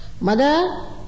Mother